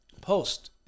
post